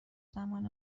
زمان